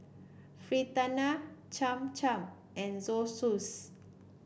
Fritada Cham Cham and Zosui